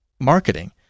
marketing